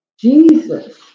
Jesus